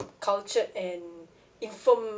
cultured and informative